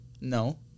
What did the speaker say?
No